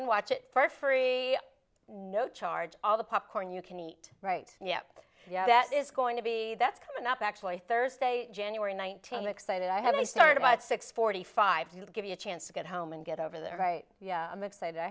and watch it for free no charge all the popcorn you can eat right yep that is going to be that's coming up actually thursday january nineteenth excited i have to start about six forty five to give you a chance to get home and get over there right yeah i'm excited i